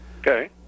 Okay